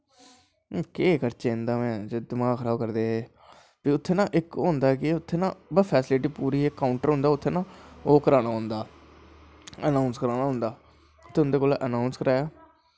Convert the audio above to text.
केह् करचै इंदा दमाक खराब करदे फ्ही उत्थें केह् की उत्थें इक काउंटर होंदा फैसलिटी पूरी ओह् करानां पौंदा अनाउंस करानां पौंदा उत्थें उंदे कोला दा अनाउंस कराया